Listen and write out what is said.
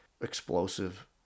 explosive